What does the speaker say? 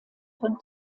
von